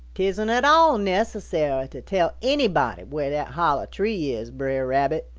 tisn't at all necessary to tell anybody where that hollow tree is, bre'r rabbit,